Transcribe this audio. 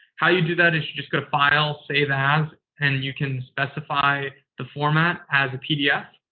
how you do that is you just go to file save as, and you can specify the format as a pdf.